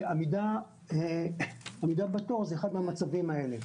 ועמידה בתור זה אחד מהמצבים האלה.